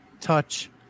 touch